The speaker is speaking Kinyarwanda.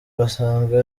basanga